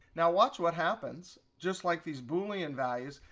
now, watch what happens, just like these boolean values,